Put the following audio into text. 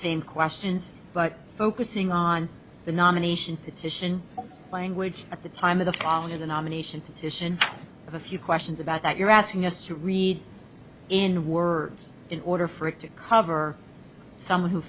same questions but focusing on the nomination it's ition language at the time of the call to the nomination titian a few questions about that you're asking us to read in words in order for it to cover someone who